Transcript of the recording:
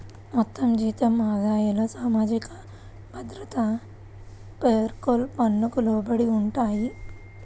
మొత్తం జీతం ఆదాయాలు సామాజిక భద్రత పేరోల్ పన్నుకు లోబడి ఉంటాయి